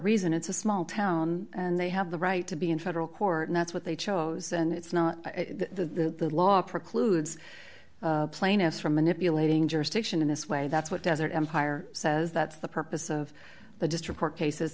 reason it's a small town and they have the right to be in federal court and that's what they chose and it's not the law precludes plaintiffs from manipulating jurisdiction in this way that's what desert empire says that's the purpose of the district court cases